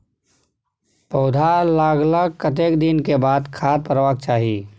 पौधा लागलाक कतेक दिन के बाद खाद परबाक चाही?